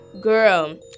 girl